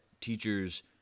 teachers